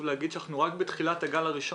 להגיד שאנחנו רק בתחילת הגל הראשון.